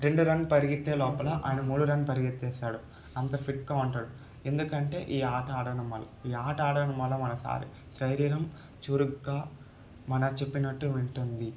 రెండు రన్నులు పరిగెత్తే లోపల అయన మూడో రన్ పరిగెత్తేస్తాడు అంత ఫిట్గా ఉంటాడు ఎందుకంటే ఈ ఆట ఆడడం వల్ల ఈ ఆట ఆడడం వల్ల మన శ శరీరం చురుగ్గా మనం చెప్పినట్టు వింటుంది